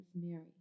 Mary